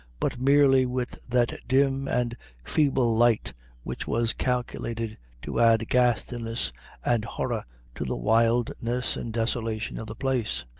but merely with that dim and feeble light which was calculated to add ghastliness and horror to the wildness and desolation of the place.